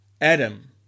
Adam